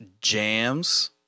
Jams